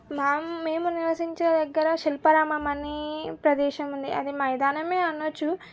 ma'am మేము నివసించే దగ్గర శిల్పారామం అనీ ప్రదేశం ఉంది అది మైదానమే అనవచ్చు